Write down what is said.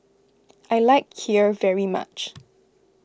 I like Kheer very much